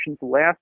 last